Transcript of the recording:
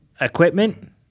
equipment